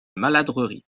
maladrerie